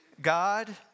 God